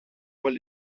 mal